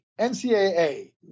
NCAA